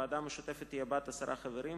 הוועדה המשותפת תהיה בת עשרה חברים,